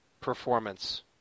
performance